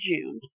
June